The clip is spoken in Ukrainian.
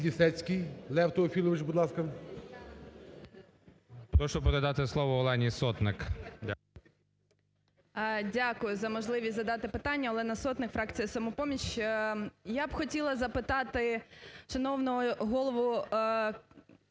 Дякую за можливість задати питання. Олена Сотник, фракція "Самопоміч". Я б хотіла запитати шановного голову